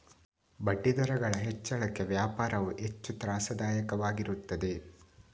ಬಡ್ಡಿದರಗಳ ಹೆಚ್ಚಳಕ್ಕೆ ವ್ಯಾಪಾರವು ಹೆಚ್ಚು ತ್ರಾಸದಾಯಕವಾಗಿರುತ್ತದೆ